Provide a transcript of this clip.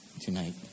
tonight